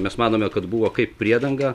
mes manome kad buvo kaip priedanga